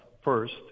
first